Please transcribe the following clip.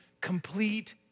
complete